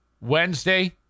Wednesday